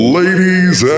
ladies